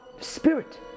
Spirit